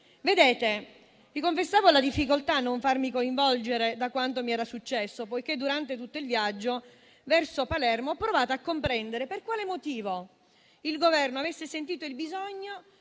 Vi confessavo la difficoltà a non farmi coinvolgere da quanto mi era successo, poiché durante tutto il viaggio verso Palermo ho provato a comprendere per quale motivo il Governo avesse sentito il bisogno